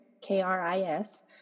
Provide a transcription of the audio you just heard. K-R-I-S